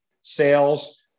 sales